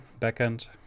backend